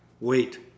wait